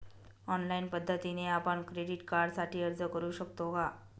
Online पद्धतीने आपण credit कार्डसाठी अर्ज करु शकतो का?